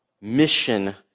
mission